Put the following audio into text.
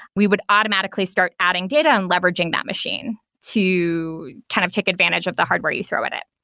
we would automatically start adding data and leveraging that machine to kind of take advantage of the hardware you throw at it.